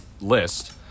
list